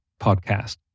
podcast